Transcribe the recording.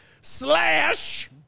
slash